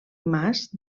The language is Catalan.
mas